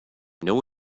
know